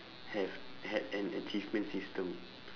have had an achievement system